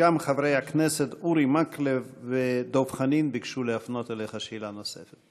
גם חברי הכנסת אורי מקלב ודב חנין ביקשו להפנות אליך שאלה נוספת.